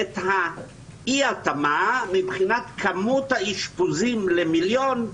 את אי-ההתאמה מבחינת כמות האשפוזים למיליון,